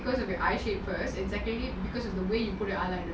the way you put eyeliner